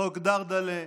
חוק דרדלה,